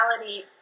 reality